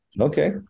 Okay